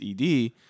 ED